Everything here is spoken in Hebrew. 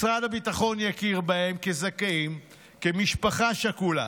משרד הביטחון יכיר בהם כזכאים, כמשפחה שכולה.